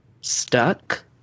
stuck